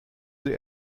sie